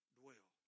dwell